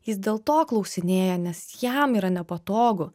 jis dėl to klausinėja nes jam yra nepatogu